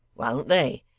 won't they,